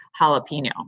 jalapeno